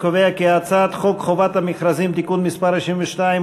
חוק חובת המכרזים (תיקון מס' 22,